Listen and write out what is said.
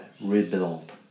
rebuild